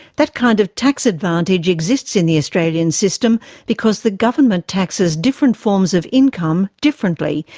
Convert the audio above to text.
that kind of tax advantage exists in the australian system because the government taxes different forms of income differently,